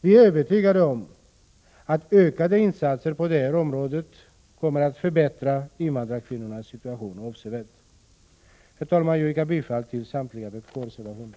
Vi är övertygade om att ökade insatser på det här området kommer att förbättra invandrarkvinnornas situation avsevärt. Herr talman! Jag yrkar bifall till samtliga vpk-reservationer.